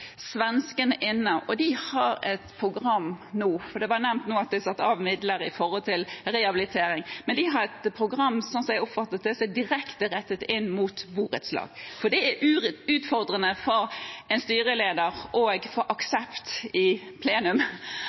svenskene med, og de har et program – det ble nevnt at det var satt av midler til rehabilitering – som, slik jeg oppfattet det, er direkte rettet inn mot borettslag. Det er utfordrende for en styreleder å få aksept i plenum